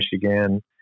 Michigan